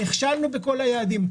נכשלנו בכל היעדים.